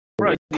Right